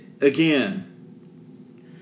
again